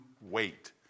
wait